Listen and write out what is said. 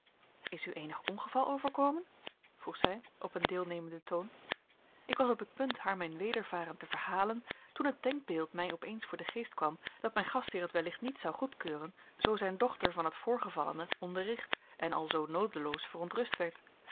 is u eenig ongeval overkomen vroeg zij op een deelnemenden toon ik was op het punt haar mijn wedervaren te verhalen toen het denkbeeld mij opeens voor den geest kwam dat mijn gastheer het wellicht niet zou goedkeuren zoo zijn dochter van het voorgevallene onderricht en alzoo noodeloos verontrust werd